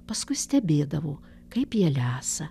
paskui stebėdavo kaip jie lesa